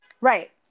Right